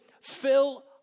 fill